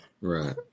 Right